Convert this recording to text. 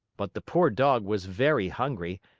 but the poor dog was very hungry,